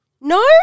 No